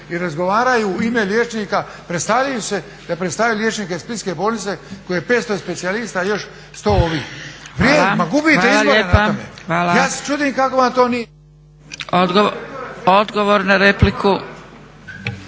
i razgovaraju u ime liječnika, predstavljaju se, predstavljaju liječnike splitske bolnice gdje je 500 specijalista i još 100 ovih. Vi, ma gubite izbore na tome. **Zgrebec, Dragica (SDP)** Hvala. Hvala lijepa. Odgovor na repliku.